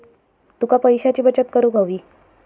तुका पैशाची बचत करूक हवी